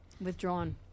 Withdrawn